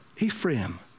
Ephraim